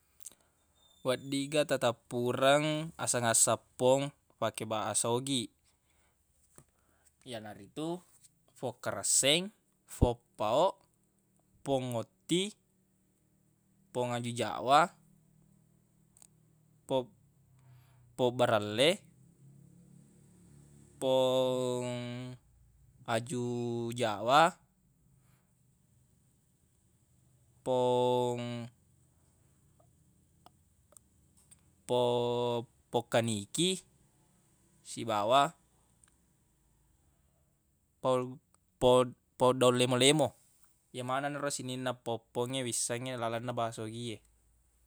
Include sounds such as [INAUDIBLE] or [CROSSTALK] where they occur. Weddigga tateppureng [NOISE] aseng-aseng pong fake bahasa ogi yanaritu fong karesseng foppau pong otti pong aju jawa [NOISE] po- [NOISE] pobbarelle [NOISE] pong aju jawa pong- pong pokkaliki sibawa pou- pod- poddaung lemo-lemo yemaneng naro sininna po-pongnge wissengnge lalenna bahasa ogi e.